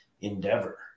endeavor